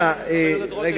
הכנסת רותם,